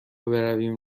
برویم